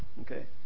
okay